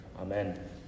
amen